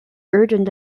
urgent